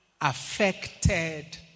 affected